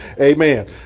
Amen